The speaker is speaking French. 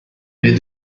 mais